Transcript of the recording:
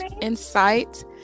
insight